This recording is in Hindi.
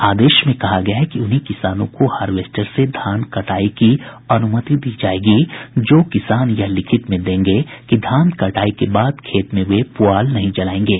आदेश में कहा गया है कि उन्हीं किसानों को हार्वेस्टर से धान कटाई की अनुमति दी जायेगी जो किसान यह लिखित में देंगे कि धान कटाई के बाद खेत में वे पुआल नहीं जलायेंगे